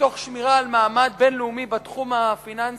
תוך שמירה על מעמד בין-לאומי בתחום הפיננסי,